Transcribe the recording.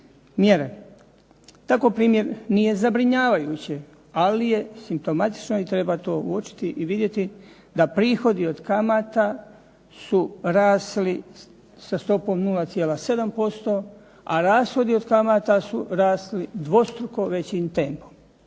mjere. Tako primjer nije zabrinjavajuće ali je simptomatično i treba to uočiti i vidjeti da prihodi od kamata su rasli sa stopom 0,7%, a rashodi od kamata su rasli dvostruko većim tempom